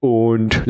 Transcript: und